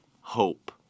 hope